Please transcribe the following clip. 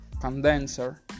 condenser